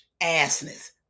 assness